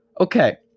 Okay